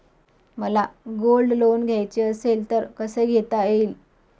मला gold loan घ्यायचे असेल तर कसे घेता येईल?